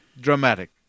dramatic